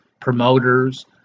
promoters